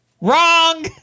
Wrong